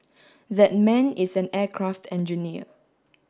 that man is an aircraft engineer